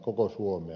koko suomea